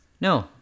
no